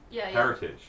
heritage